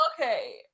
Okay